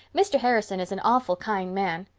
mr. harrison is an awful kind man.